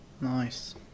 Nice